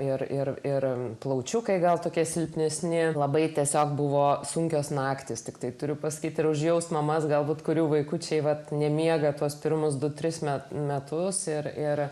ir ir ir plaučių kai gal tokia silpnesni labai tiesiog buvo sunkios naktys tiktai turiu pasakyti ir užjausti mamas galbūt kurių vaikučiai vat nemiega tuos pirmus du tris metų metus ir ir